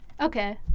Okay